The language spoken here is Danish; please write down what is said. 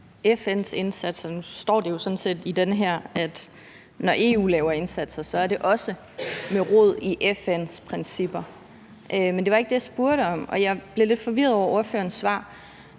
FN's indsatser? Nu står det jo sådan set i det her, at når EU laver indsatser, er det også med rod i FN's principper. Men det var ikke det, jeg spurgte om. Og jeg blev lidt forvirret over ordførerens svar,